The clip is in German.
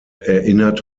erinnert